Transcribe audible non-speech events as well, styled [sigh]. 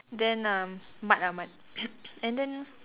then uh Mad ah Mad [noise] and then